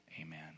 Amen